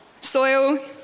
Soil